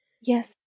Yes